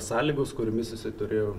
sąlygos kuriomis jisai turėjo